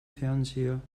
fernseher